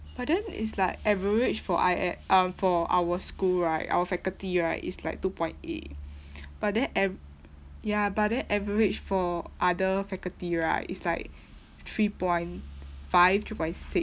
but then it's like average for I_S uh for our school right our faculty right is like two point eight but then av~ ya but then average for other faculty right is like three point five three point six